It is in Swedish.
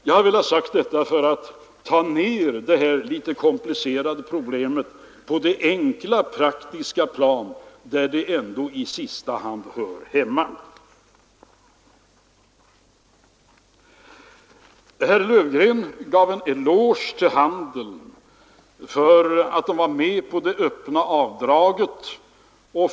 Jag har velat säga detta för att ta ner det här litet komplicerade problemet på det enkla praktiska plan där det ändå i sista hand hör hemma. Herr Löfgren gav en eloge till handeln för att den var med på det öppna avdraget av den sänkta momsen.